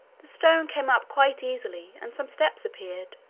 the stone came up quite easily, and some steps appeared.